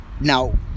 Now